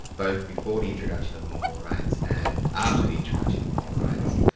both before the introduction of moral rights and after the introduction of moral rights.